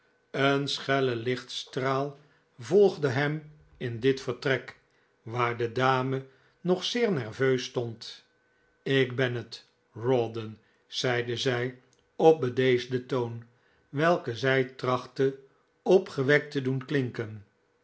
een schelle lichtstraal volgde hem in dit vertrek waar de dame nog zeer nerveus stond ik ben het rawdon zeide zij op bedeesden toon welken zij trachtte opgewekt te doen klinken